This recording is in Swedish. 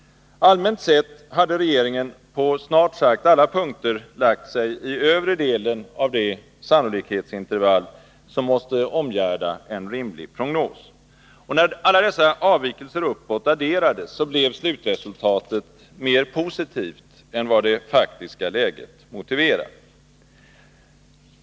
Allmänt sett hade regeringen på snart sagt alla punkter lagt sig i övre delen av det sannolikhetsintervall som måste omgärda en rimlig prognos. När alla dessa avvikelser uppåt adderades, blev slutresultatet mer positivt än vad det faktiska läget motiverar.